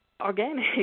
organic